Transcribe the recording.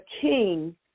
King